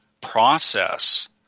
process –